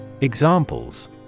Examples